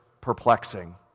perplexing